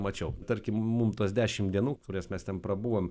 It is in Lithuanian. mačiau tarkim mum tos dešimt dienų kurias mes ten prabuvom